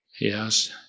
yes